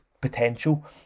potential